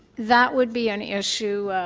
that would be an issue,